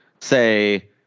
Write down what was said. say